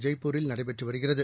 ஜெய்பூரில் நடைபெற்று வருகிறது